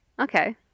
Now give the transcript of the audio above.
Okay